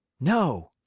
no!